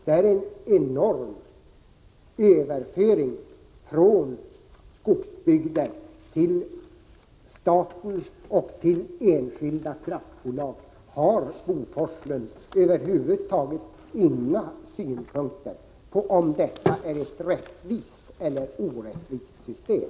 Det är en enorm överföring av pengar från skogsbygder till staten och till enskilda kraftbolag. Har Bo Forslund över huvud taget inga synpunkter på om detta är ett rättvist eller ett orättvist system?